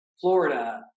Florida